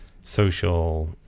social